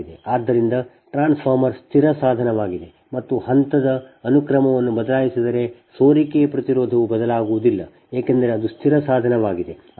ಆದ್ದರಿಂದ ಟ್ರಾನ್ಸ್ಫಾರ್ಮರ್ ಸ್ಥಿರ ಸಾಧನವಾಗಿದೆ ಮತ್ತು ಹಂತದ ಅನುಕ್ರಮವನ್ನು ಬದಲಾಯಿಸಿದರೆ ಸೋರಿಕೆ ಪ್ರತಿರೋಧವು ಬದಲಾಗುವುದಿಲ್ಲ ಏಕೆಂದರೆ ಅದು ಸ್ಥಿರ ಸಾಧನವಾಗಿದೆ